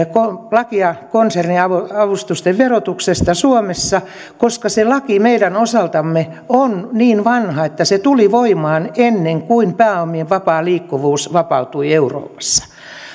lakia konserniavustuksen verotuksesta suomessa koska se laki meidän osaltamme on niin vanha että se tuli voimaan ennen kuin pääomien vapaa liikkuvuus vapautui euroopassa